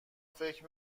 فکر